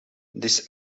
this